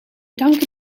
danken